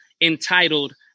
entitled